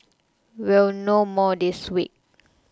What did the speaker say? we'll know more this week